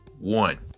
one